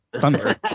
thunder